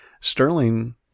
Sterling